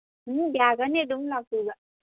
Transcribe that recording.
ꯎꯝ ꯌꯥꯒꯅꯤ ꯑꯗꯨꯝ ꯂꯥꯛꯄꯤꯕ